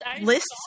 lists